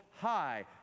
high